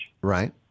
Right